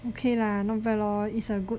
okay lah not bad lor is a good